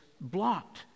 blocked